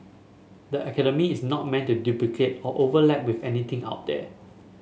the academy is not meant to duplicate or overlap with anything out there